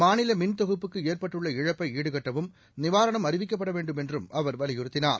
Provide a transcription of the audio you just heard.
மாநில மின் தொகுப்புக்கு ஏற்பட்டுள்ள இழப்பை ஈடுகட்டவும் நிவாரணம் அறிவிக்கப்பட வேண்டும் என்றும் அவர் வலியுறுத்தினார்